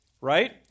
right